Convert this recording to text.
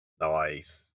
Nice